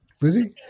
Lizzie